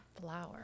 Flower